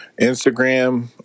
Instagram